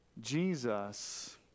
Jesus